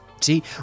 See